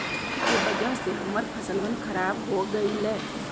बाढ़ के वजह से हम्मर फसलवन खराब हो गई लय